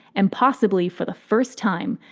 and possibly for the first time,